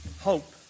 hope